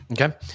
Okay